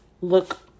look